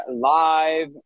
live